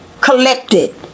collected